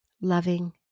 loving